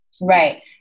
Right